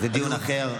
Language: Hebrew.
זה דיון אחר,